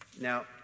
Now